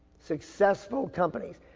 successful companies.